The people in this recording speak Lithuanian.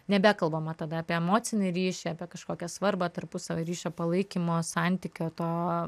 nebekalbama tada apie emocinį ryšį apie kažkokią svarbą tarpusavio ryšio palaikymo santykio to